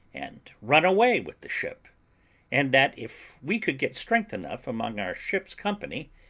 and run away with the ship and that, if we could get strength enough among our ship's company,